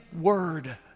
word